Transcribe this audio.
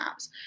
apps